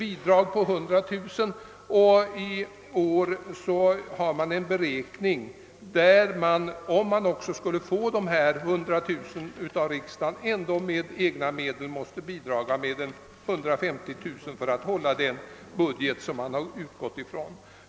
I år räknar man med att, även om man får 100000 kronor av riksdagen, bli tvungen att bidra med 150 000 kronor av egna medel för att hålla den budget som uppgjorts.